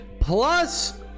plus